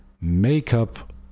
makeup